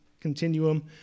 continuum